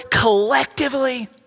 collectively